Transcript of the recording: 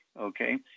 okay